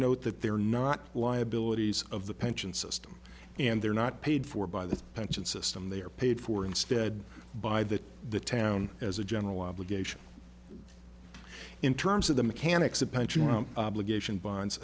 note that they're not liabilities of the pension system and they're not paid for by the pension system they are paid for instead by that the town as a general obligation in terms of the mechanics of pension obligation bonds